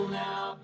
now